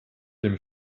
dem